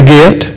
get